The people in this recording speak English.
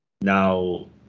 Now